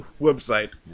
website